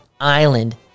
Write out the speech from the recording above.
Island